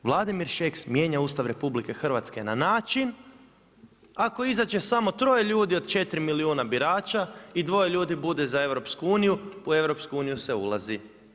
Vladimir Šeks mijenja Ustav RH na način ako izađe samo troje ljudi od 4 milijuna birača i dvoje ljudi bude za EU u EU se ulazi.